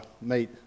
meet